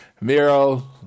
Miro